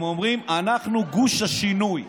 הם אומרים: אנחנו גוש השינוי.